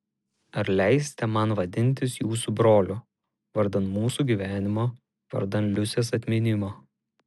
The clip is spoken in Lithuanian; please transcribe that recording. ar leisite man vadintis jūsų broliu vardan mūsų gyvenimo vardan liusės atminimo